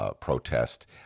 protest